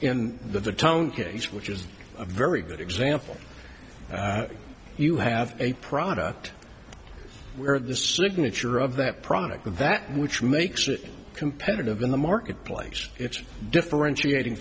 in the tone case which is a very good example you have a product where the signature of that product of that which makes it competitive in the market place it's differentiating